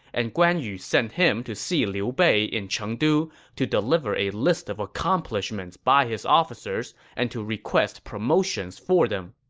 and guan yu sent him to see liu bei in chengdu to deliver a list of accomplishments by his officers and to request promotions for them